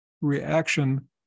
reaction